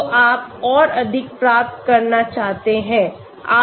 तो आप और अधिक प्राप्त करना चाहते हैं